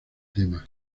tema